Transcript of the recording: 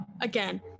again